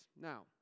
Now